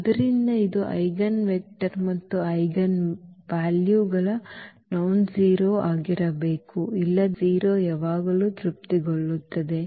ಆದ್ದರಿಂದ ಇದು ಐಜೆನ್ವೆಕ್ಟರ್ ಮತ್ತು ಇದು ಯಾವಾಗಲೂ ನಾನ್ಜೆರೋ ಆಗಿರಬೇಕು ಇಲ್ಲದಿದ್ದರೆ 0 ಯಾವಾಗಲೂ ತೃಪ್ತಿಗೊಳ್ಳುತ್ತದೆ